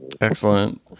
Excellent